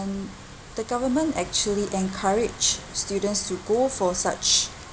the government actually encourage students to go for such